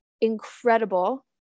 incredible